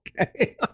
okay